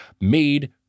made